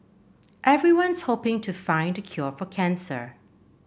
everyone's hoping to find the cure for cancer